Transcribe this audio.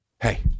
hey